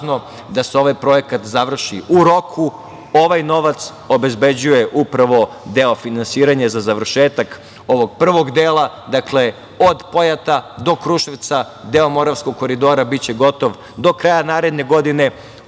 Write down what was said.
da se ovaj projekat završi u roku. Ovaj novac obezbeđuje upravo deo finansiranja za završetak ovog prvog dela. Dakle, od Pojata do Kruševca, deo Moravskog koridora biće gotov do kraja naredne godine.